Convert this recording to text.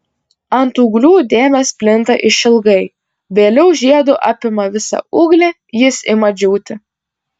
ant ūglių dėmės plinta išilgai vėliau žiedu apima visą ūglį jis ima džiūti